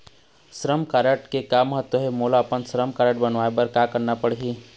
श्रम कारड के का महत्व हे, मोला अपन श्रम कारड बनवाए बार का करना पढ़ही?